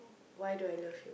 why do I love